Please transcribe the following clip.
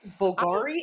Bulgari